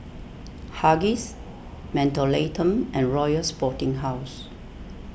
Huggies Mentholatum and Royal Sporting House